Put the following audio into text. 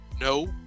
No